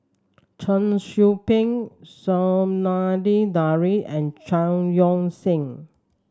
Cheong Soo Pieng Zainudin Nordin and Chao Yoke San